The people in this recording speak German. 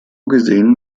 gesehen